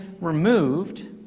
removed